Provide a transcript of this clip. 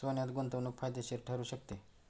सोन्यात गुंतवणूक फायदेशीर ठरू शकते